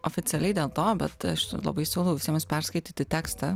oficialiai dėl to bet aš labai siūlau visiems perskaityti tekstą